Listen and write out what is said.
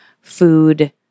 food